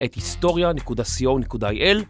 את היסטוריה.co.il